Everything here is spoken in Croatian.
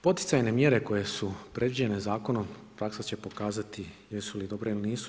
Poticajne mjere koje su predviđene zakonom praksa će pokazati jesu li dobre ili nisu.